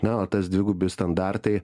na o tas dvigubi standartai